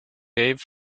cave